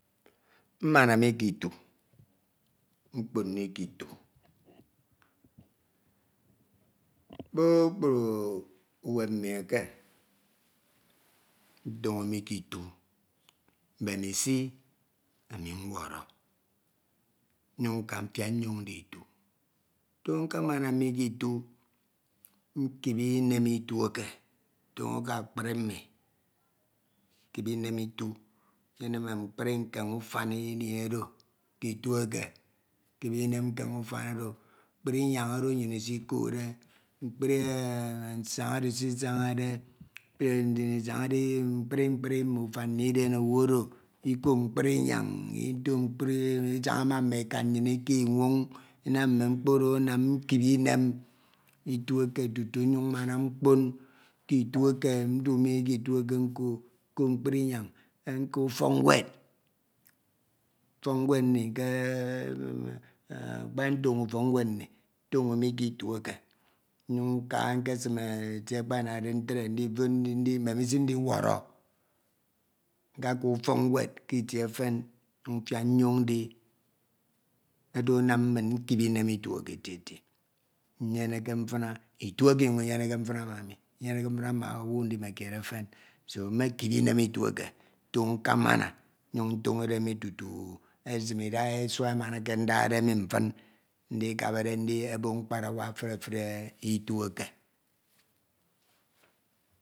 Mmama mi kitu mkpon mi kitu kpukpru uwem mmi eke ntono mi ke itu. nnyun nka mfiak nyon ndi itu. tono nkemama mi kitu nkip inem itu eke. totno ke akpri mmi nkip inem itu. enyene mme mkpri nkeme ufem ini oro kitu eke nkip inem nkene ufan oro. mkpri inyan oro nnyin isikode. mkpri nsana oro isisana de. nte nnyin isanade. mme mkpri mkpri mme ufan mmi iden owu odo iko mkpri inyan isana ma mme eka nnyin oro ke inwon anam mme mkpo oro anam nkip inem tutu eke tutu nyin mmama mkpon kitu eke. ndu mi ke itu eke nko. nko mkpri inyan nka ufok nwed. ufok nwed nni ke akpa ntono ufok nwed nni ntono mi ke itu eke. nyum nka ntre k'itie akpanade ntre. mbemisi ndiworo nkaka ufok nwed k'itie efen nyun mfiak nyon ndi. oro anam mi nkip inem itu eke eti eti. nyeneke mfina itu eke nka inyeneke mfina ma mai. inyeneke mfina ma owu ndimekied efen so mekip inem ini eke tono nkemana nyun ntonode mi tutu esin idaha isua ema eke ndade mi mfin. ndikabade ndi obon mkparawa efuri efuri etu eke.